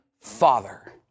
father